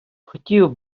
хотів